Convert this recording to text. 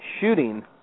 shooting